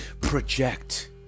project